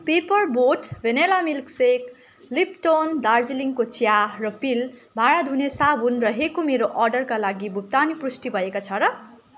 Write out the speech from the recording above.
paper boat vanilla milk shake Lipton दार्जिलिङको चिया र प्रिल भाँडा धुने साबुन रहेको मेरो अर्डरका लागि भुक्तानी पुष्टि भएको छ र